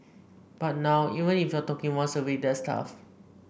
but now even if you're talking once a week that's tough